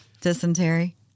Dysentery